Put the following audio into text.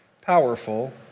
powerful